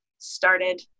Started